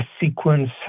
sequence